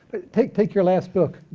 take take your last book,